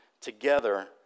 together